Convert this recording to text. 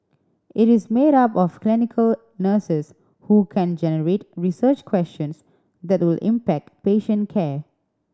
it is made up of clinical nurses who can generate research questions that will impact patient care